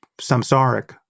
samsaric